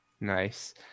Nice